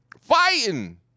fighting